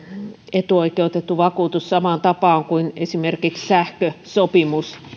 etuoikeutettu vakuutus samaan tapaan kuin esimerkiksi sähkösopimus